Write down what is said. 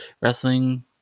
wrestling